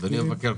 אדוני המבקר,